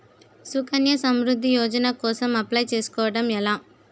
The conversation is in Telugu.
సుకన్య సమృద్ధి యోజన కోసం అప్లయ్ చేసుకోవడం ఎలా?